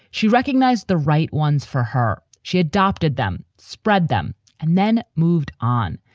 she recognized the right ones for her. she adopted them, spread them and then moved on.